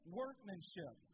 workmanship